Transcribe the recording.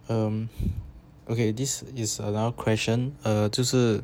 um okay this is a loud question ah 就是